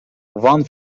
one